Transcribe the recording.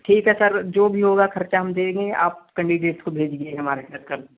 ठीक है सर जो भी होगा ख़र्चा हम देंगे आप कंडिडेट को भेज दीजिए हमारे यहाँ करने